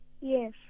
Yes